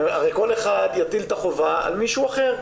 הרי כל אחד יטיל את החובה על מישהו אחר.